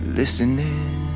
listening